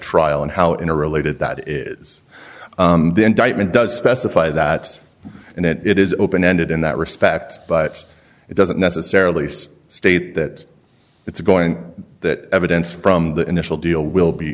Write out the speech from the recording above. trial and how in a related that is the indictment does best if i that and it is open ended in that respect but it doesn't necessarily state that it's going that evidence from the initial deal will be